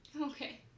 Okay